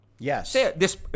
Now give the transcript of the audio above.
Yes